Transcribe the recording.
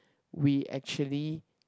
we actually